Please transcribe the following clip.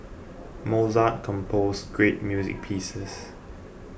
Mozart composed great music pieces